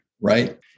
right